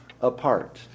apart